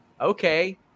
okay